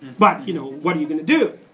but, you know what are you gonna do?